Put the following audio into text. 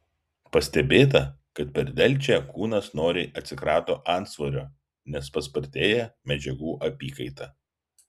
pastebėta kad per delčią kūnas noriai atsikrato antsvorio nes paspartėja medžiagų apykaita